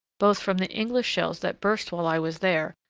both from the english shells that burst while i was there,